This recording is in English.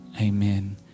amen